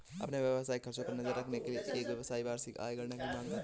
अपने व्यावसायिक खर्चों पर नज़र रखने के लिए, एक व्यवसायी वार्षिक आय गणना की मांग करता है